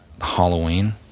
Halloween